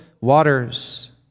waters